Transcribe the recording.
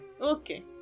Okay